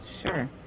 Sure